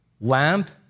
lamp